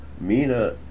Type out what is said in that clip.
Mina